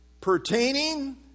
pertaining